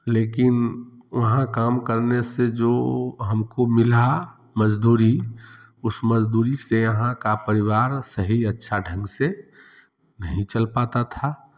लेकिन वहाँ काम करने से जो हमको मिला मजदूरी उस मजदूरी से यहाँ का परिवार सही अच्छा ढंग से नहीं चल पाता था